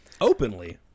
Openly